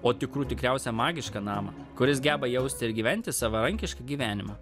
o tikrų tikriausią magišką namą kuris geba jausti ir gyventi savarankišką gyvenimą